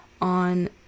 on